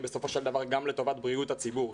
בסופו של דבר היא גם לטובת בריאות הציבור.